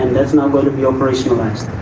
and that is now going to be operationalised.